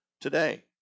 today